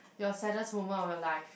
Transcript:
your saddest moment of your life